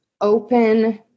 open